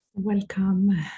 Welcome